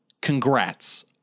congrats